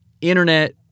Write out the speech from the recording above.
internet